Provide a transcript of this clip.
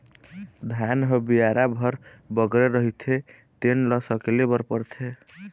धान ह बियारा भर बगरे रहिथे तेन ल सकेले बर परथे